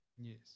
Yes